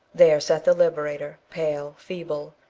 there sat the liberator, pale, feeble,